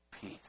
peace